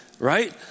Right